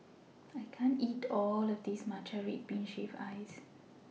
I can't eat All of This Matcha Red Bean Shaved Ice